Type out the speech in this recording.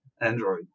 Android